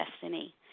destiny